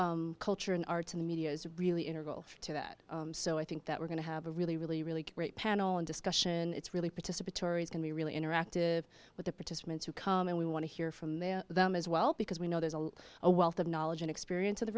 folks culture and arts in the media is really interval to that so i think that we're going to have a really really really great panel discussion it's really participatory is going to be really interactive with the participants who come and we want to hear from them as well because we know there's a lot a wealth of knowledge and experience of the